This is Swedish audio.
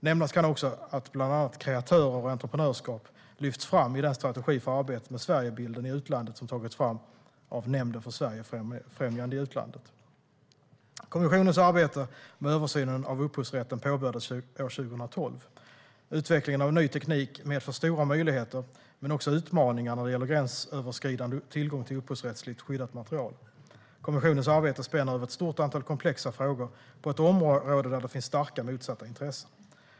Nämnas kan också att bland annat kreatörer och entreprenörskap lyfts fram i den strategi för arbetet med Sverigebilden i utlandet som tagits fram av Nämnden för Sverigefrämjande i utlandet. Kommissionens arbete med översynen av upphovsrätten påbörjades år 2012. Utvecklingen av ny teknik medför stora möjligheter men också utmaningar när det gäller gränsöverskridande tillgång till upphovsrättsligt skyddat material. Kommissionens arbete spänner över ett stort antal komplexa frågor på ett område där det finns starka motsatta intressen.